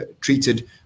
treated